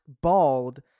bald